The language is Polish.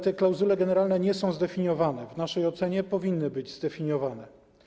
te klauzule generalne nie są zdefiniowane, a w naszej ocenie powinny być zdefiniowane.